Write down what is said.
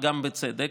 וגם בצדק.